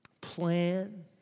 plan